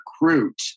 recruit